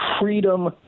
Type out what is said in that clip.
freedom